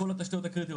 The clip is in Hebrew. כל התשתיות הקריטיות,